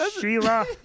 Sheila